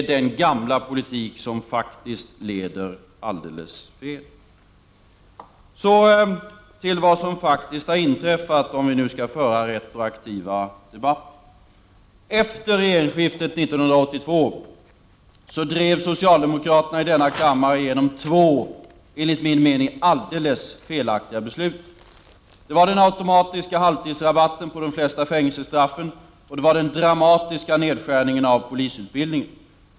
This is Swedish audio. Den gamla politiken leder faktiskt alldeles fel. Så till vad som faktiskt har inträffat, om vi nu skall föra en retroaktiv debatt. Efter regeringsskiftet 1982 drev socialdemokraterna i denna kammare igenom två enligt min mening alldeles felaktiga beslut: den automatiska halvtidsrabatten på de flesta fängelsestraff och den dramatiska nedskärningen av polisutbildningen.